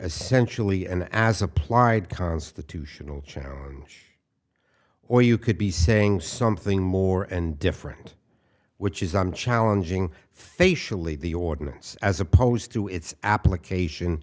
essentially an as applied constitutional challenge or you could be saying something more and different which is i'm challenging facially the ordinance as opposed to its application